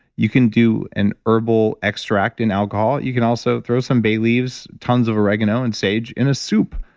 you can do an herbal extract in alcohol. you can also throw some bay leaves, tons of oregano and sage in a soup,